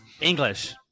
English